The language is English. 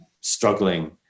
struggling